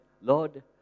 Lord